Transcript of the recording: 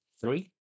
three